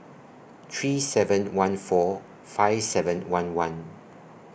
three seven one four five seven one one